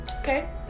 Okay